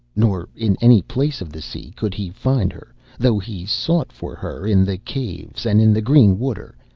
nor in any place of the sea could he find her though he sought for her in the caves and in the green water,